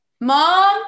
Mom